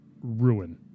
ruin